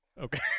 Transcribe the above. Okay